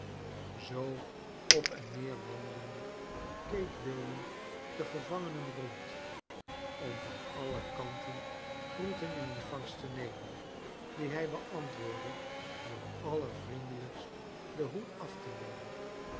zoo op en neer wandelende keek william de gevangenen rond om van alle kanten groeten in ontvangst te nemen die hij beantwoordde door allervriendelijkst den hoed af te nemen